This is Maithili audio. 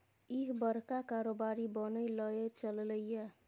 इह बड़का कारोबारी बनय लए चललै ये